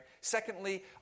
Secondly